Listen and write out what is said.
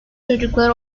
çocukları